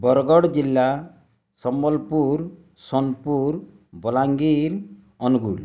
ବରଗଡ଼ ଜିଲ୍ଲା ସମ୍ବଲପୁର ସୋନପୁର ବଲାଙ୍ଗୀର ଅନୁଗୁଳ